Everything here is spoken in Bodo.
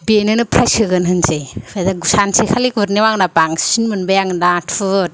बेनोनो प्राइज होगोन होनसै ओमफ्राय सानसेखालि गुरनायाव आंना बांसिन मोनबाय आङो नाथुर